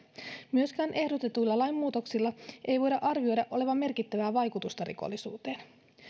myöskään ehdotetuilla lainmuutoksilla ei voida arvioida olevan merkittävää vaikutusta rikollisuuteen